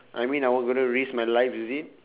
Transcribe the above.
I mean I will gonna risk my life is it